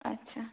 ᱟᱪᱪᱷᱟ